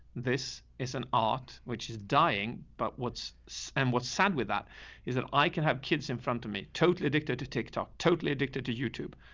this is an art which is dying, but what's, so and what's sad with that is that i can have kids in front of me totally addicted to tick tock, totally addicted to youtube,